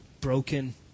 broken